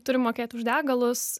turime mokėt už degalus